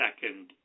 second